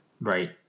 Right